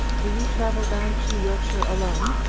do you travel down to yorkshire alone?